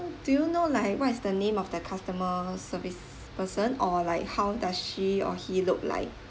do you know like what is the name of the customer service person or like how does she or he look like